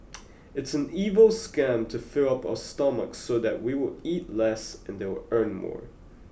it's an evil scam to fill up our stomachs so that we will eat less and they'll earn more